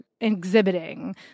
exhibiting